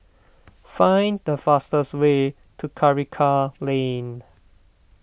find the fastest way to Karikal Lane